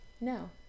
no